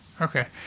okay